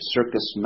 Circus